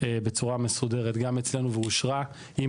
בצורה מסודרת גם אצלנו ואושרה עם